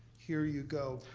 here you go.